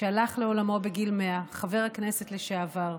שהלך לעולמו בגיל 100, חבר הכנסת לשעבר.